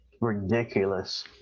ridiculous